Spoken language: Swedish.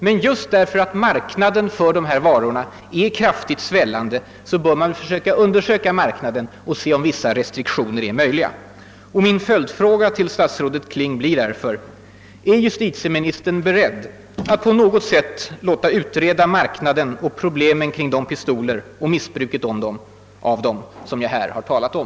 Men just därför att marknaden för de här varorna tycks kraftigt svälla bör man försöka undersöka branschen och se om vissa restriktioner är möjliga att genomföra. Min följdfråga till statsrådet Kling blir därför: Är justitieministern beredd att på något sätt låta utreda marknaden och problemen kring de pistoler, och missbruket av dem, som jag här har talat om?